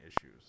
issues